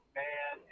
man